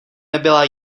nebyla